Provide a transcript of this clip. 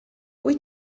wyt